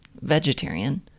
vegetarian